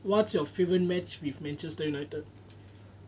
what's your favourite match with manchester united